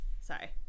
sorry